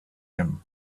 him